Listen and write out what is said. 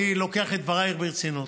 אני לוקח את דברייך ברצינות.